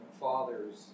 fathers